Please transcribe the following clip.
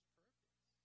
purpose